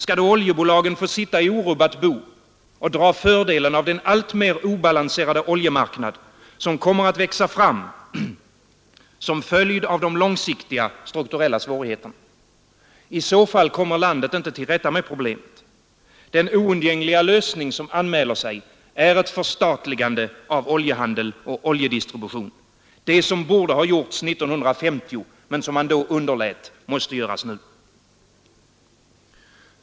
Skall då oljebolagen få sitta i orubbat bo och dra fördelen av den alltmer obalanserade oljemarknad som kommer att växa fram som följd av de långsiktiga strukturella svårigheterna? I så fall kommer landet inte till rätta med problemet. Den oundgängliga lösning som anmäler sig är ett förstatligande av oljehandel och oljedistribution. Det som borde ha gjorts 1950, men som man då underlät, måste göras nu.